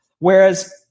Whereas